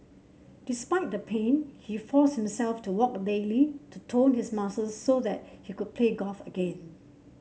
despite the pain he forced himself to walk daily to tone his muscles so that he could play golf again